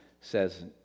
says